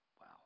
Wow